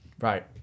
Right